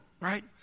right